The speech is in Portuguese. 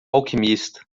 alquimista